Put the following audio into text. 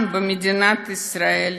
במדינת ישראל,